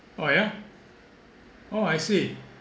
oh yeah oh I see